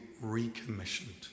recommissioned